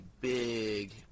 big